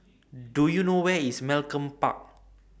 Do YOU know Where IS Malcolm Park